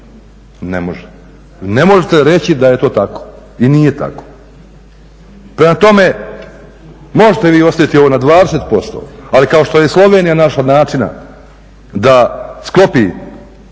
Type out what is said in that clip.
ne može. Ne možete reći da je to tako i nije tako. Prema tome, možete vi ovo ostaviti na 20%, ali kao što je Slovenija našla načina da sklopi